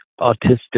autistic